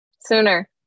Sooner